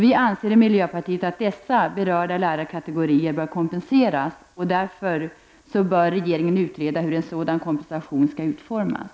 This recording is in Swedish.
Vi i miljöpartiet anser att de berörda lärarkategorierna bör kompenseras. Därför bör regeringen utreda hur en sådan kompensation skall utformas.